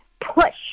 push